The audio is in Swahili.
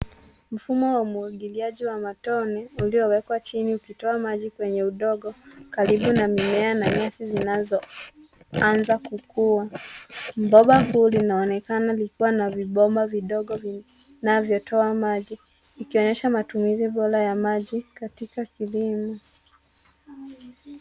Mfumo wa umwagiliaji wa matone uliowekwa chini ukitoa maji kwenye udongo karibu na mimea na nyasi zinazoanza kukua. Bomba kuu linaonekana likiwa na vibomba vidogo vinavyotoa maji. Ikionyesha matumizi bora ya maji katika kilimo.